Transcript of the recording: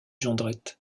jondrette